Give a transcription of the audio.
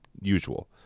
usual